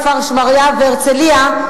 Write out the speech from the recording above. כפר-שמריהו והרצלייה,